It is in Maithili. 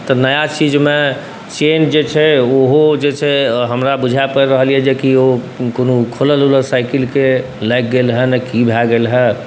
तऽ नया चीजमे चेन जे छै ओहो जे छै हमरा बुझा पड़ि रहल अइ जे ओ कोनो खोलल ओलल साइकिलके लागि गेल हेँ ने कि भऽ गेल हेँ